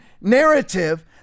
narrative